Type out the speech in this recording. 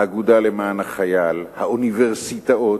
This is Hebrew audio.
האגודה למען החייל, האוניברסיטאות,